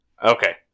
Okay